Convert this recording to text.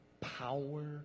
power